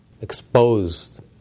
exposed